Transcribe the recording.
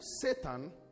Satan